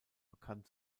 bekannt